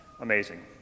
Amazing